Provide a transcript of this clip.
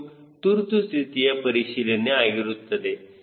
ಇದು ತುರ್ತುಸ್ಥಿತಿಯ ಪರಿಶೀಲನೆ ಆಗಿರುತ್ತದೆ